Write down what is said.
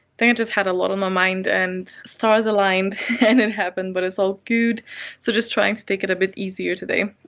and just had a lot on my mind and stars aligned and it happened but it's all good so just trying to take it a bit easier today.